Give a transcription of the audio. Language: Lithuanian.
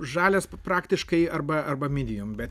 žalias praktiškai arba arba midijom bet